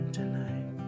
tonight